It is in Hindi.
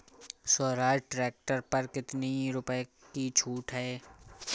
स्वराज ट्रैक्टर पर कितनी रुपये की छूट है?